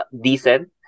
decent